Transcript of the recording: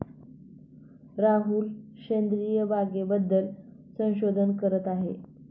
राहुल सेंद्रिय बागेबद्दल संशोधन करत आहे